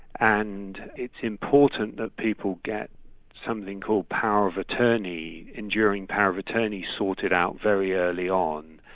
and it's important that people get something called power of attorney, enduring power of attorney sorted out very early on.